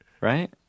right